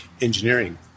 engineering